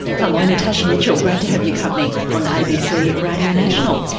hello, natasha mitchell, great to have your company on abc radio national.